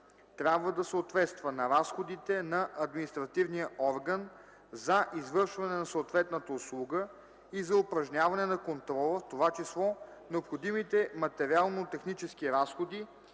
трябва да съответства на разходите на административния орган за извършване на съответната услуга и за упражняване на контрола, в т.ч. необходимите материално-технически разходи